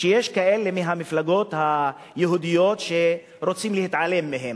שיש כאלה מהמפלגות היהודיות שרוצים להתעלם מהם.